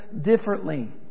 differently